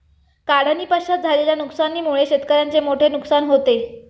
काढणीपश्चात झालेल्या नुकसानीमुळे शेतकऱ्याचे मोठे नुकसान होते